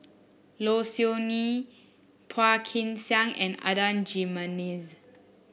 Low Siew Nghee Phua Kin Siang and Adan Jimenez